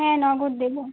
হ্যাঁ নগদ দেবো